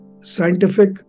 scientific